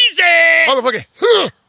Motherfucker